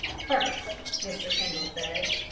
first, mr. kendall says,